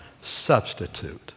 substitute